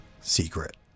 secret